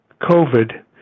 COVID